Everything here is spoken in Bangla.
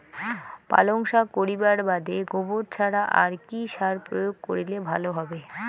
পালং শাক করিবার বাদে গোবর ছাড়া আর কি সার প্রয়োগ করিলে ভালো হবে?